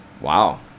wow